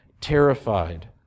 terrified